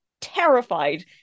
terrified